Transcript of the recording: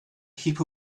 heap